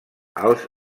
als